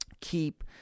keep